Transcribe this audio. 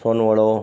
सोन वड़ो